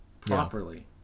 properly